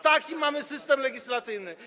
Taki mamy system legislacyjny.